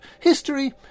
history